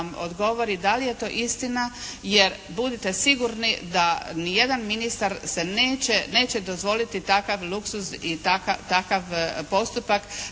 da li je to istina jer budite sigurni da nijedan ministar se neće, neće dozvoliti takav luksuz i takav postupak